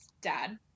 dad